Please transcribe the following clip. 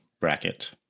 bracket